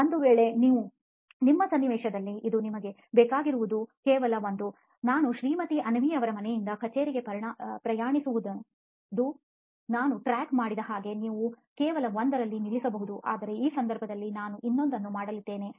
ಒಂದು ವೇಳೆ ಅದು ನಿಮ್ಮ ಸನ್ನಿವೇಶದಲ್ಲಿದ್ದರೆ ಇದು ನಿಮಗೆ ಬೇಕಾಗಿರುವುದು ಕೇವಲ ಒಂದು ನಾನು ಶ್ರೀಮತಿ ಅವ್ನಿಯವರ ಮನೆಯಿಂದ ಕಚೇರಿಗೆ ಪ್ರಯಾಣಿಸುವುದು ನಾನು ಟ್ರ್ಯಾಕ್ ಮಾಡಿದ ಹಾಗೆ ನೀವು ಕೇವಲ ಒಂದರಲ್ಲಿ ನಿಲ್ಲಿಸಬಹುದು ಆದರೆ ಈ ಸಂದರ್ಭದಲ್ಲಿ ನಾವು ಇನ್ನೊಂದನ್ನು ಮಾಡಲಿದ್ದೇವೆ